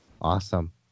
Awesome